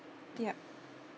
yup)